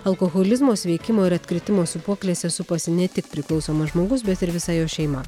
alkoholizmo sveikimo ir atkritimo sūpuoklėse supasi ne tik priklausomas žmogus bet ir visa jos šeima